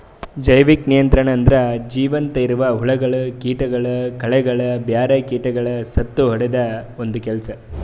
ಜೈವಿಕ ನಿಯಂತ್ರಣ ಅಂದುರ್ ಜೀವಂತ ಇರವು ಹುಳಗೊಳ್, ಕೀಟಗೊಳ್, ಕಳೆಗೊಳ್, ಬ್ಯಾರೆ ಕೀಟಗೊಳಿಗ್ ಸತ್ತುಹೊಡೆದು ಒಂದ್ ಕೆಲಸ